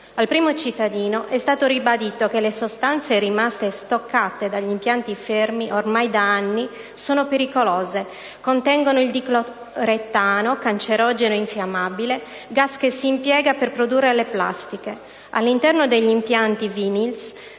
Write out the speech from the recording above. Al primo cittadino è stato ribadito che le sostanze rimaste stoccate negli impianti, fermi ormai da anni, sono pericolose: contengono il dicloroetano, cancerogeno e infiammabile, gas che si impiega per produrre le plastiche. All'interno degli impianti Vinyls